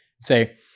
Say